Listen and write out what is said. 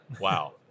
wow